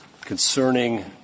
concerning